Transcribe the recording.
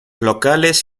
locales